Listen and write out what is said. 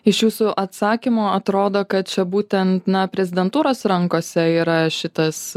iš jūsų atsakymo atrodo kad čia būtent na prezidentūros rankose yra šitas